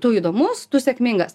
tu įdomus tu sėkmingas